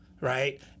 Right